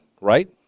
right